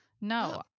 No